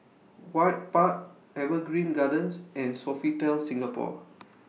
Ewart Park Evergreen Gardens and Sofitel Singapore